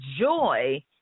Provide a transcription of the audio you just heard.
joy